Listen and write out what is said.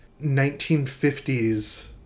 1950s